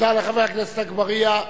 תודה לחבר הכנסת אגבאריה.